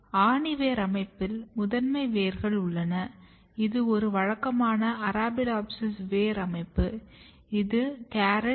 ஆணி வேர் அமைப்பில் முதன்மை வேர்கள் உள்ளன இது ஒரு வழக்கமான அரபிடோப்சிஸ் வேர் அமைப்பு இது கேரட்